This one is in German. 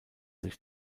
sich